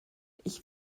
ich